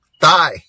die